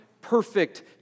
perfect